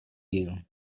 you